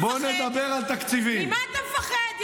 ממה אתה מפחד?